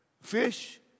fish